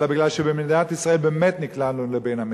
אלא בגלל שבמדינת ישראל באמת נקלענו לבין המצרים.